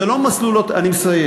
זה לא מסלול, אני מסיים.